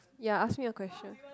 ya ask me a question